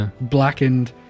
blackened